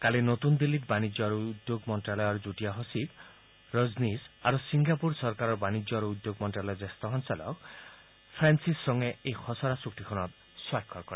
কালি নতুন দিল্লীত বাণিজ্য আৰু উদ্যোগ মন্ত্ৰালয়ৰ যুটীয়া সচিব ৰজনীশে চিংগাপুৰ চৰকাৰৰ বাণিজ্য আৰু উদ্যোগ মন্ত্ৰালয়ৰ জ্যেষ্ঠ সঞ্চালক ফ্ৰেন্সিছ চঙে এই খচৰা চুক্তিখনত স্বাক্ষৰ কৰে